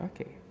okay